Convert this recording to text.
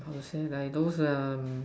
how to say like those um